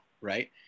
right